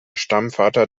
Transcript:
stammvater